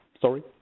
Sorry